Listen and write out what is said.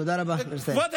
תודה רבה, חבר הכנסת.